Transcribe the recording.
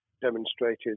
demonstrated